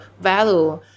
value